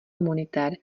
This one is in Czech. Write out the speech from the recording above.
monitér